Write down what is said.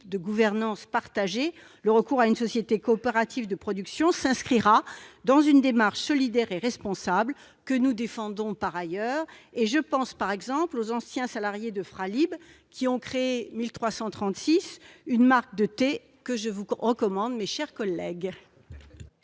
de gouvernance partagée, le recours à une société coopérative de production s'inscrira dans une démarche solidaire et responsable, que nous défendons par ailleurs. Je pense notamment aux anciens salariés de Fralib, qui ont créé la marque de thé « 1336 », que je vous recommande, mes chers collègues